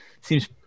seems